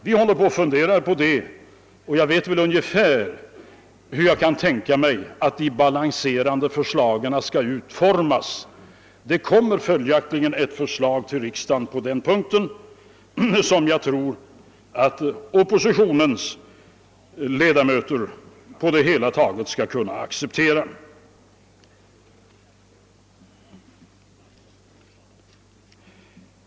Vi håller på att fundera på detta, och jag vet väl ungefär hur jag kan tänka mig att de balanserande förslagen skall utformas. Det kommer följaktligen ett förslag i riksdagen på den punkten, som jag tror att oppositionens ledamöter på det hela taget skall kunna acceptera.